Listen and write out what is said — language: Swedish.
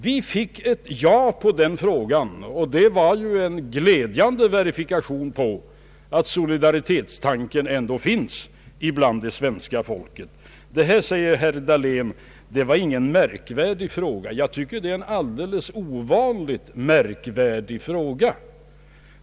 Vi fick ett ja på frågan, och det var ju en glädjande verifikation på att solidaritetstanken ändå finns hos det svenska folket. Herr Dahlén sade att detta var ingen märkvärdig fråga, men jag tycker att den är alldeles ovanligt märkvärdig.